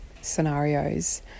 scenarios